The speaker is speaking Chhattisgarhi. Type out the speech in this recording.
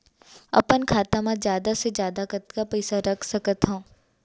अपन खाता मा जादा से जादा कतका पइसा रख सकत हव?